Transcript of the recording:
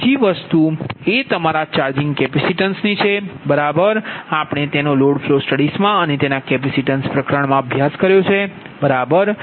બીજી વસ્તુ એ તમારા ચાર્જિંગ કેપેસિટીન્સ છે બરાબર છે આપણે તેનો લોડ ફ્લો સ્ટડીમાં અને તેના કેપેસિટીન્સ પ્રકરણમાં પણ અભ્યાસ કર્યો છે બરાબર